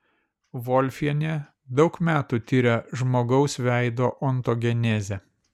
volfienė daug metų tiria žmogaus veido ontogenezę